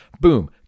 Boom